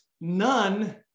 none